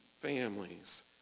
families